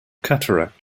cataract